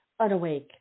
unawake